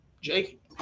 Jake